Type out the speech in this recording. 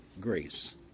grace